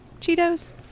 Cheetos